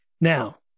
Now